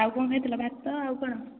ଆଉ କ'ଣ ଖାଇଥିଲ ଭାତ ଆଉ କ'ଣ